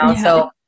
so-